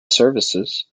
services